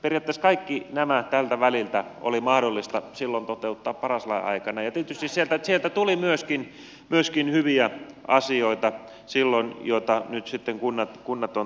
periaatteessa kaikki nämä tältä väliltä oli mahdollista silloin toteuttaa paras lain aikana ja tietysti sieltä tuli myöskin hyviä asioita silloin joita nyt sitten kunnat ovat toteuttaneet